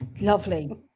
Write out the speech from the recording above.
Lovely